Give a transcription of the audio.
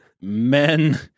men